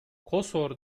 kosor